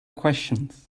questions